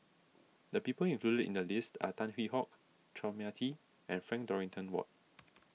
the people included in the list are Tan Hwee Hock Chua Mia Tee and Frank Dorrington Ward